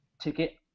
ticket